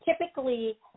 typically